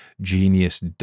genius